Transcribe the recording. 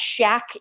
shack